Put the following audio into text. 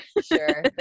Sure